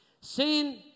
Sin